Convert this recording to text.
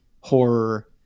horror